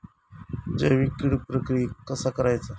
जैविक कीड प्रक्रियेक कसा करायचा?